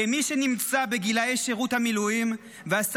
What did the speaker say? כמי שנמצא בגיל שירות המילואים ועשה